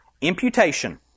Imputation